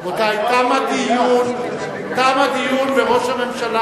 רבותי, תם הדיון, וראש הממשלה